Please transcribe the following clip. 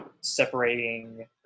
separating